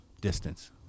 Distance